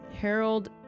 Harold